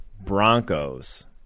Broncos